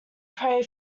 pray